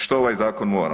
Što ovaj zakon mora?